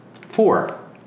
Four